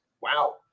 Wow